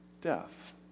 death